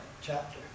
chapter